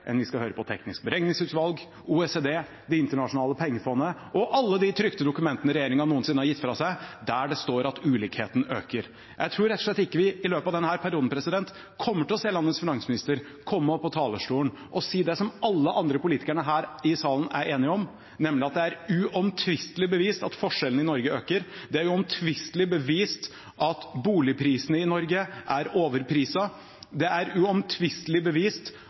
på Det tekniske beregningsutvalget, OECD, Det internasjonale pengefondet og alle de trykte dokumentene regjeringen noensinne har gitt fra seg, der det står at ulikheten øker. Jeg tror rett og slett ikke vi i løpet av denne perioden kommer til å se landets finansminister komme opp på talerstolen og si det som alle de andre politikerne her i salen er enige om, nemlig at det er uomtvistelig bevist at forskjellene i Norge øker. Det er uomtvistelig bevist at boligene i Norge er overpriset. Det er uomtvistelig bevist